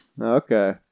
Okay